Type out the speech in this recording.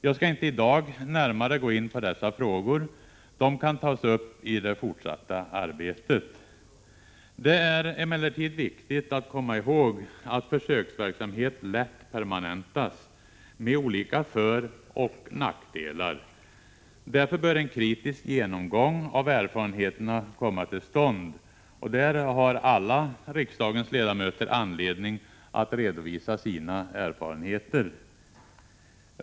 Jag skall inte i dag närmare gå in på dessa frågor. De kan tas upp i det fortsatta arbetet. Det är emellertid viktigt att komma ihåg att försöksverksamhet lätt permanentas, med olika föroch nackdelar. Därför bör en kritisk genomgång av erfarenheterna komma till stånd. Därvid har alla riksdagens ledamöter anledning att redovisa sina erfarenheter.